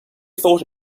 thought